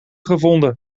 gevonden